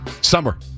Summer